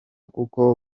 kuko